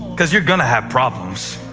because you're going to have problems.